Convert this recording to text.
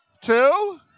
two